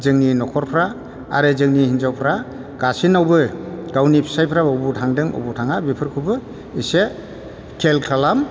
जोंनि न'खरफोरा आरो जोंनि हिनजावफोरा गासैनावबो गावनि फिसायफ्रा बबेयाव थांदों बबेयाव थाङा बेफोरखौबो इसे खेयाल खालाम